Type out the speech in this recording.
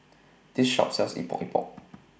This Shop sells Epok Epok